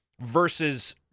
Versus